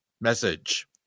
message